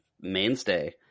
mainstay